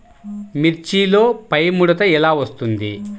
మిర్చిలో పైముడత ఎలా వస్తుంది?